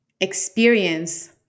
experience